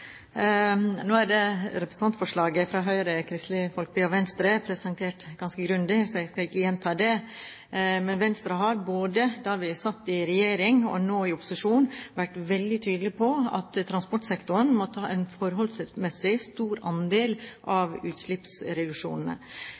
Nå er representantforslaget fra Høyre, Kristelig Folkeparti og Venstre presentert ganske grundig, og jeg skal ikke gjenta det. Men Venstre har både da vi satt i regjering og nå i opposisjon, vært veldig tydelig på at transportsektoren må ta en forholdsmessig stor andel av